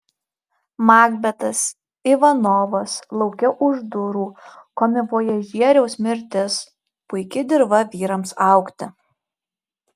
makbetas ivanovas lauke už durų komivojažieriaus mirtis puiki dirva vyrams augti